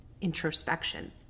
introspection